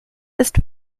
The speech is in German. ist